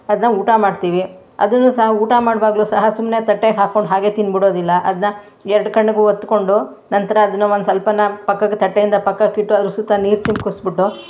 ಅದನ್ನು ಊಟ ಮಾಡ್ತೀವಿ ಅದೂ ಸಹ ಊಟ ಮಾಡ್ವಾಗಲೂ ಸಹ ಸುಮ್ಮನೆ ತಟ್ಟೆಗೆ ಹಾಕೊಂಡು ಹಾಗೆ ತಿಂದ್ಬಿಡೋದಿಲ್ಲ ಅದನ್ನು ಎರಡು ಕಣ್ಣಿಗೂ ಒತ್ಕೊಂಡು ನಂತರ ಅದನ್ನು ಒಂದು ಸ್ವಲ್ಪನ ಪಕ್ಕ ತಟ್ಟೆಯಿಂದ ಪಕ್ಕಕ್ಕಿಟ್ಟು ಅದ್ರ ಸುತ್ತ ನೀರು ಚಿಮುಕಿಸ್ಬಿಟ್ಟು